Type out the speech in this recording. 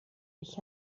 ich